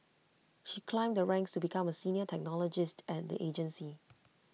she climbed the ranks to become A senior technologist at the agency